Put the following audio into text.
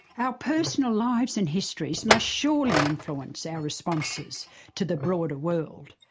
our personal lives and histories must surely influence our responses to the broader world.